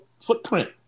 footprint